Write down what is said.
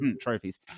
trophies